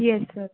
yes sir